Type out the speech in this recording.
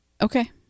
Okay